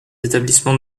établissements